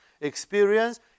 experience